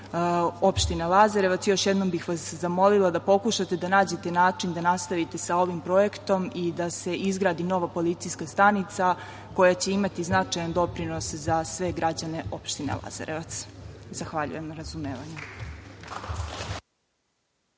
opštine Lazarevac još jednom bih vas zamolila da pokušate da nađete način da nastavite sa ovim projektom i da se izgradi nova policijska stanica koja će imati značajan doprinos za sve građane opštine Lazarevac. Zahvaljujem na razumevanju.